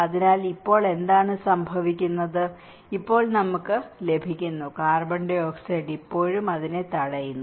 അതിനാൽ ഇപ്പോൾ എന്താണ് സംഭവിക്കുന്നത് ഇപ്പോൾ നമുക്ക് ലഭിക്കുന്നു CO2 ഇപ്പോഴും അതിനെ തടയുന്നു